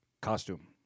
costume